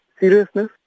seriousness